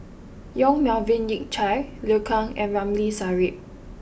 Yong Melvin Yik Chye Liu Kang and Ramli Sarip